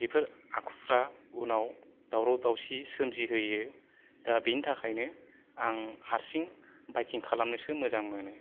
बेफोर आखुफ्रा उनाव दावराव दावसि सोमजिहोयो दा बेनि थाखायनो आं हारसिं बायकिं खालामनोसो मोजां मोनो